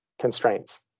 constraints